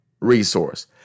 resource